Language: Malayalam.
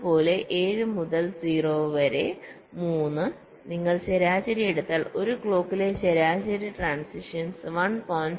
അതുപോലെ 7 മുതൽ 0വരെ 3 നിങ്ങൾ ശരാശരി എടുത്താൽ ഒരു ക്ലോക്കിലെ ശരാശരി ട്രാന്സിഷൻസ്1